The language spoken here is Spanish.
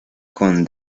con